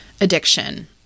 addiction